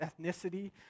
ethnicity